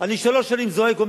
אני שלוש שנים זועק,